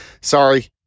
sorry